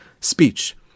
speech